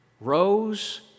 rose